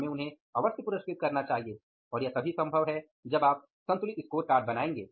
हमें उन्हें अवश्य पुरस्कृत करना चाहिए और यह तभी संभव है जब आप संतुलित स्कोरकार्ड बनाएंगे